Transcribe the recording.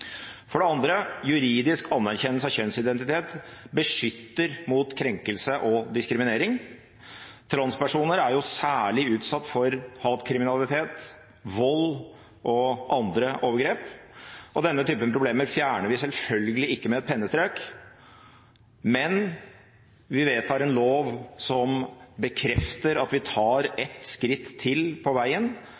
For det andre: Juridisk anerkjennelse av kjønnsidentitet beskytter mot krenkelse og diskriminering. Transpersoner er jo særlig utsatt for hatkriminalitet, vold og andre overgrep. Denne typen problemer fjerner vi selvfølgelig ikke med et pennestrøk, men vi vedtar en lov som bekrefter at vi tar ett skritt til på veien